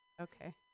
Okay